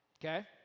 okay